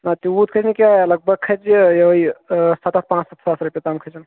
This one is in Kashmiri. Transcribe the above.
نہ تِیوٗت کھسنہٕ کینٛہہ لگ بگ کھسہِ یُہے ستتھ پانژھ ستتھ ساس تام کھسن